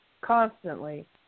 constantly